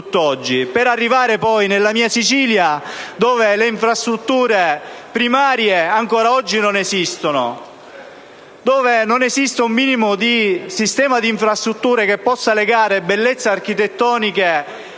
per arrivare poi nella mia Sicilia dove le infrastrutture primarie ancora oggi non esistono, dove non esiste un minimo di sistema di infrastrutture che possa legare bellezze architettoniche,